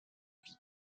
vies